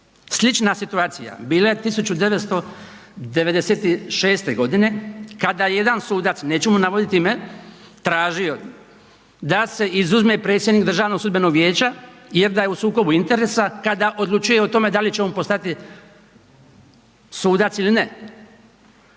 Slična situacija bila je 1996. godine kada je jedan sudac, neću mu navoditi ime, tražio da se izuzme predsjednik Državnog sudbenog vijeća jer da je u sukobu interesa kada odlučuje o tome da li će on postati sudac ili ne.